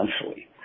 essentially